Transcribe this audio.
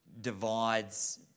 divides